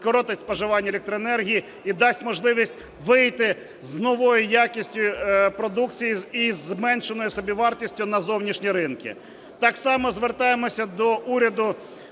скоротить споживання електроенергії і дасть можливість вийти з новою якістю продукції і зменшеною собівартістю на зовнішні ринки. Так само звертаємося до уряду